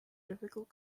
difficult